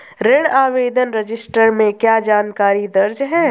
ऋण आवेदन रजिस्टर में क्या जानकारी दर्ज है?